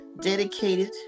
dedicated